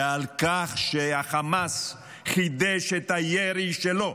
ועל כך שהחמאס חידש את הירי שלו,